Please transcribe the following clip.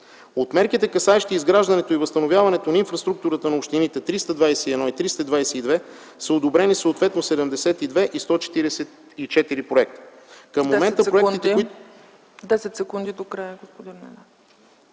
От мерките, касаещи изграждането и възстановяването на инфраструктурата на общините – 321 и 322, са одобрени съответно 72 и 144 проекта.